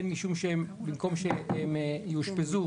בין משום שהם במקום שהם יאושפזו,